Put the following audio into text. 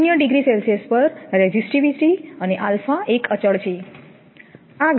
એ Celsius પર resistivity અને α એક અચલ છે